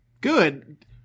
good